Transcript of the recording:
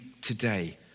today